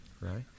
right